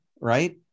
right